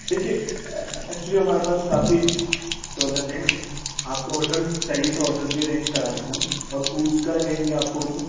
دیکھیے اکچولی ہمارے پاس کافی سہولت ہے آپ کو ہوٹل چاہیے تو ہوٹلس بھی ارینج کرادیں گے ہم اور فوڈس کا کہیں گے آپ فوڈس کا